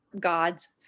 god's